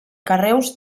carreus